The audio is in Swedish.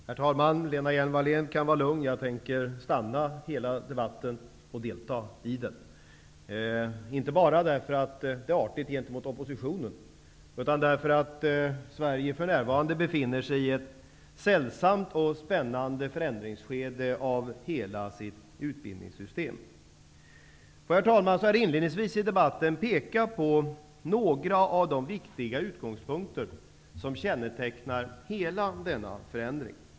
Herr talman! Lena Hjelm-Wallén kan vara lugn. Jag tänker stanna och delta i hela debatten, inte bara därför att det är artigt gentemot oppositionen, utan också därför att Sverige för närvarande befinner sig i ett sällsamt och spännande förändringsskede av hela sitt utbildningssystem. Får jag, herr talman, så här inledningsvis i debatten peka på några av de viktiga utgångspunkter som kännetecknar hela denna förändring.